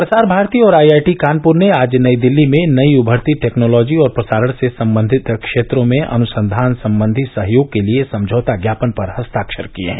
प्रसार भारती और I I T Kanpur ने आज नई दिल्ली में नई उभरती टैक्नोलोजी और प्रसारण से संबंधित क्षेत्रों में अनुसंधान संबंधी सहयोग के लिए समझौता ज्ञापन पर हस्ताक्षर किये हैं